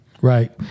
Right